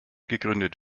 gegründet